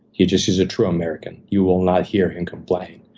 he just is a true american. you will not hear him complain.